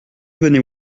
venez